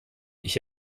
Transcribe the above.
ich